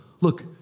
Look